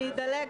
אני אדלג.